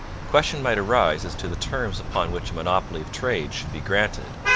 question might arise as to the terms upon which a monopoly of trade should be granted,